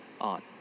on